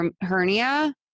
hernia